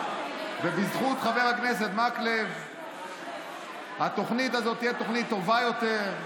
ובזכות חבר הכנסת מקלב התוכנית הזאת תהיה תוכנית טובה יותר,